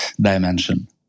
dimension